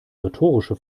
rhetorische